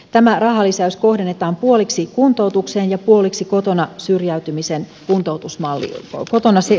tämä rahalisäys kohdennetaan puoliksi kuntoutukseen ja puoliksi kotona syrjäytymisen kuntoutusmalli on kotonasi